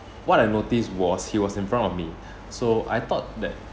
what I noticed was he was in front of me so I thought that